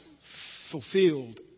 fulfilled